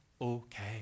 okay